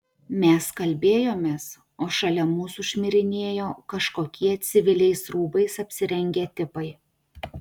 mes kalbėjomės o šalia mūsų šmirinėjo kažkokie civiliais rūbais apsirengę tipai